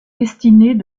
destinées